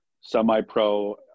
semi-pro